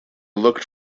looked